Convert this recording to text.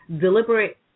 deliberate